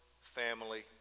family